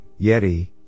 Yeti